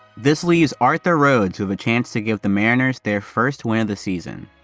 this leaves arthur rhodes who have a chance to give the mariners their first win of the season.